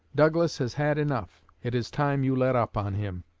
douglas has had enough it is time you let up on him